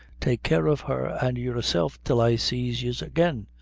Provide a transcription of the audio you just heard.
take care of her and yourself till i sees yez again.